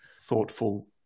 thoughtful